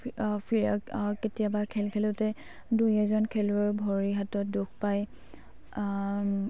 কেতিয়াবা খেল খেলোঁতে দুই এজন খেলুৱৈ ভৰি হাতত দুখ পায়